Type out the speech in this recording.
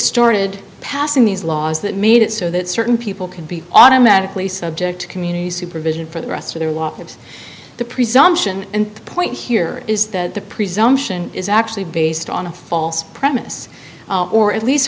started passing these laws that made it so that certain people could be automatically subject to community supervision for the rest of their walk of the presumption and the point here is that the presumption is actually based on a false premise or at least